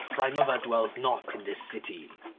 thy mother dwells not in this city